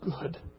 good